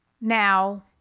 Now